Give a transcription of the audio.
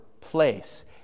place